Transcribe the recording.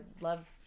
love